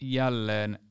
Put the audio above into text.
jälleen